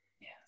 Yes